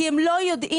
כי הם לא יודעים,